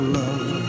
love